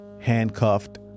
handcuffed